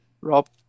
Rob